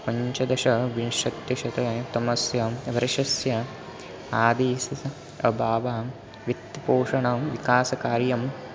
पञ्चदशविंशत्यशते तमस्य वर्षस्य आदेशस्य अभावं वित्तपोषणं विकासकार्यं